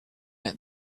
let